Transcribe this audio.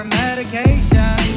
medication